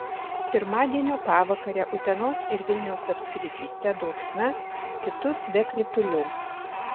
pirmadienio pavakarę utenos ir vilniaus apskrityse dulksna kitur be kritulių